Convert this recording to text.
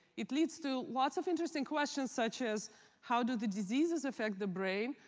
it leads to lots of interesting questions, such as how do the diseases affect the brain?